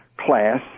class